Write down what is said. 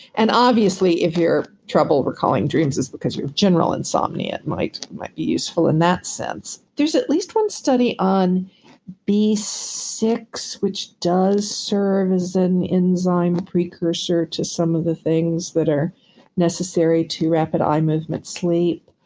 and obviously, if you're troubled recalling dreams as because of general insomnia, it might might be useful in that sense there's at least one study on b six which does serve as an enzyme precursor to some of the things that are necessary to rapid eye movement sleep.